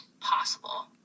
possible